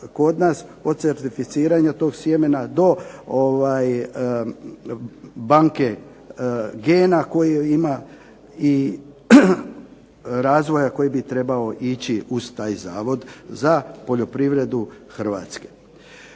od certificiranja tog sjemena do banke gena koju ima i razvoja koji bi trebao ići uz taj zavod za poljoprivredu Hrvatske.